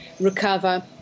recover